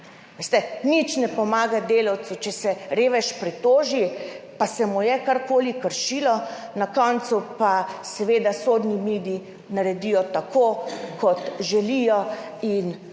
Nič ne pomaga delavcu, če se revež pritoži, da se mu je kar koli kršilo, na koncu pa seveda sodni mlini naredijo tako, kot želijo, in